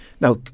Now